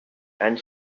and